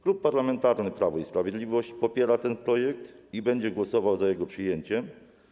Klub Parlamentarny Prawo i Sprawiedliwość popiera ten projekt i będzie głosował za jego przyjęciem.